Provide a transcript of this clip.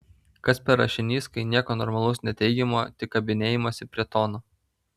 kas per rašinys kai nieko normalaus neteigiama tik kabinėjamasi prie tono